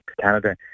Canada